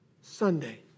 Sunday